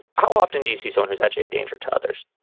how often do you see someone who's actually a danger to others?